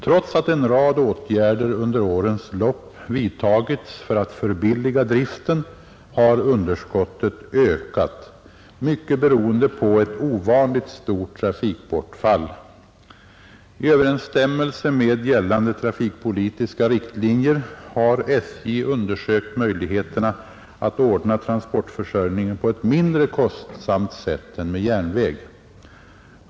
Trots att en rad åtgärder under årens lopp vidtagits för att förbilliga driften, har underskottet ökat, mycket beroende på ett ovanligt stort trafikbortfall. I överensstämmelse med gällande trafikpolitiska riktlinjer har SJ undersökt möjligheterna att ordna transportförsörjningen på ett mindre kostsamt sätt än med järnväg.